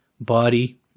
body